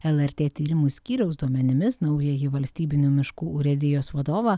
lrt tyrimų skyriaus duomenimis naująjį valstybinių miškų urėdijos vadovą